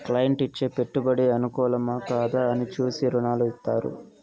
client ఇచ్చే పెట్టుబడి అనుకూలమా, కాదా అని చూసి రుణాలు ఇత్తారు